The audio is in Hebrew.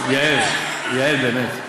יעל, באמת.